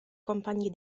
compagni